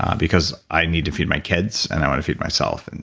um because i need to feed my kids, and i wanna feed myself. and